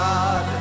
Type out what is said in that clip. God